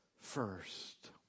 First